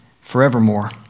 forevermore